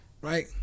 right